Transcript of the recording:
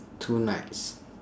tonight